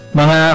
mga